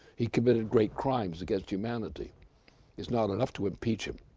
he committed great crimes against humanity it's not enough to impeach him,